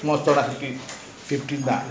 small stall fifteen